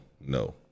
no